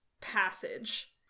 passage